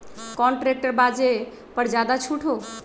कोइ ट्रैक्टर बा जे पर ज्यादा छूट हो?